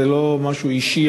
זה לא היה משהו אישי,